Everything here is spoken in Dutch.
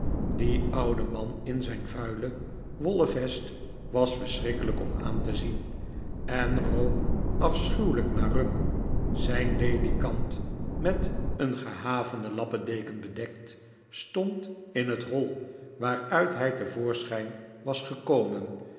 die oude man in zijn vuile wollen vest was verschrikkelijk om aan te zien en rook afschuwelijk naar rum zijn ledikant met een gehavende lappendeken bedekt stond in het hoi waaruit hij te voorschijn was gekomeh